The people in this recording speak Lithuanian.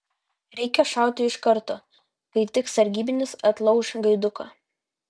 reikia šauti iš karto kai tik sargybinis atlauš gaiduką